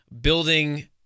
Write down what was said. building